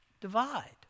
divide